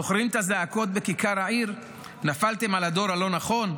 זוכרים את הזעקות בכיכר העיר "נפלתם על הדור הלא-נכון"?